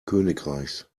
königreichs